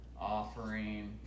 offering